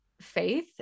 faith